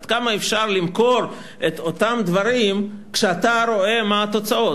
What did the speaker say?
עד כמה אפשר למכור את אותם דברים כשאתה רואה מה התוצאות?